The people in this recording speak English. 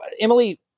Emily